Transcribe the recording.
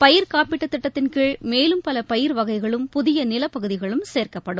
பயிர்க்காப்பீட்டுத் திட்டத்தின் கீழ் மேலும் பல பயிர் வகைகளும் புதிய நிலப் பகுதிகளும் சேர்க்கப்படும்